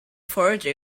forage